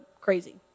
crazy